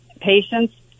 patients